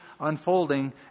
unfolding